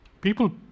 People